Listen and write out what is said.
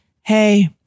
Hey